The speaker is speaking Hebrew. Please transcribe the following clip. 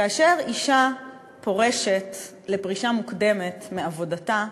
כאשר אישה פורשת פרישה מוקדמת מעבודתה,